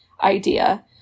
idea